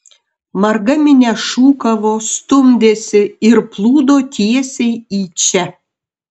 marga minia šūkavo stumdėsi ir plūdo tiesiai į čia